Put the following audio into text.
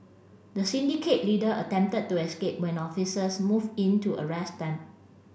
the syndicate leader attempted to escape when officers moved in to arrest them